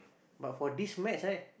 but for this match right